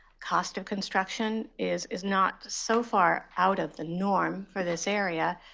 cost of construction is is not so far out of the norm for this area,